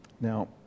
Now